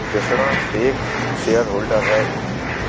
कृष्णा एक shareholder है